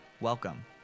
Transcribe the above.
Welcome